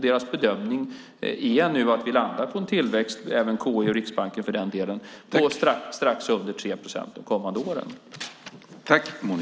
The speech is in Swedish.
Den bedömning de, liksom även KI och Riksbanken, nu gör är att vi landar på en tillväxt på strax under 3 procent de kommande åren.